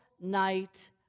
night